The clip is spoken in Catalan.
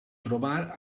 trobar